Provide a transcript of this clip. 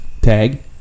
Tag